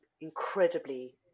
incredibly